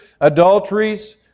adulteries